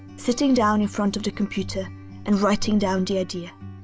sitting down in front of the computer and writing down the idea.